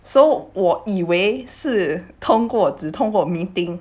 so 我以为是通过只通过 meeting